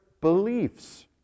beliefs